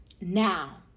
now